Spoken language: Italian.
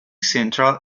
central